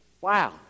wow